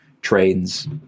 trains